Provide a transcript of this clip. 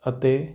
ਅਤੇ